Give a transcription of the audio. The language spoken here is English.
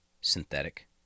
synthetic